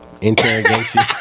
interrogation